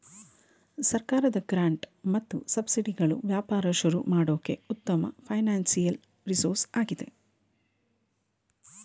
ಸರ್ಕಾರದ ಗ್ರಾಂಟ್ ಮತ್ತು ಸಬ್ಸಿಡಿಗಳು ವ್ಯಾಪಾರ ಶುರು ಮಾಡೋಕೆ ಉತ್ತಮ ಫೈನಾನ್ಸಿಯಲ್ ರಿಸೋರ್ಸ್ ಆಗಿದೆ